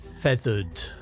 feathered